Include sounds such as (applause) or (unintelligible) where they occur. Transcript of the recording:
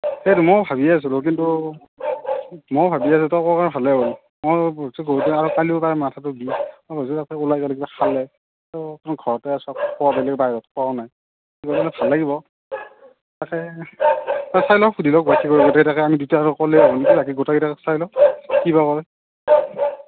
ময়ো ভাবি আছিলোঁ কিন্তু ময়ো ভাবি আছিলোঁ তই কোৱা কাৰণে ভালে হ'ল (unintelligible) আৰু কালিৰ পৰা মাথাটো বিষ (unintelligible) মই ভাবিছোঁ তাতে ওলাই গ'লে কিবা খালে তো মই ঘৰতে আছোঁ (unintelligible) বাহিৰত খোৱাও নাই গ'লে মানে ভাল লাগিব তাকে তই চাই ল' সুধি ল' (unintelligible) গোটেইকেইটাকে আমি দুটাইতো অকলে (unintelligible) গোটেইকেইটা চাই ল' কি বা কয়